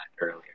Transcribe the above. earlier